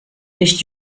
nicht